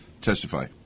testify